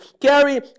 carry